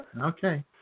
Okay